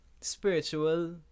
Spiritual